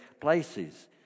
places